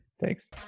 Thanks